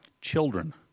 Children